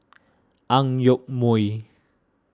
Ang Yoke Mooi